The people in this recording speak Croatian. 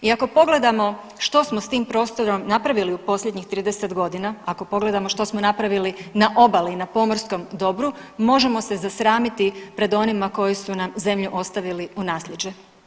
I ako pogledamo što smo s tim prostorom napravili u posljednjih 30 godina, ako pogledam što smo napravili na obali i na pomorskom dobru možemo se zasramiti pred onima koji su nam zemlju ostavili u naslijeđe.